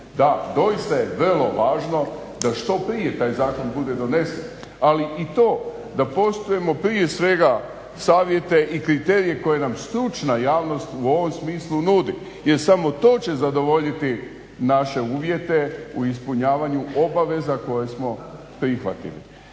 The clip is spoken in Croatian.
Da, doista je vrlo važno da što prije taj zakon bude donesen. Ali i to da poštujemo prije svega savjete i kriterije koje nam stručna javnost u ovom smislu nudi jer samo to će zadovoljiti naše uvjete u ispunjavanju obaveza koje smo prihvatili.